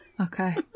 Okay